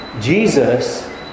Jesus